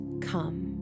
come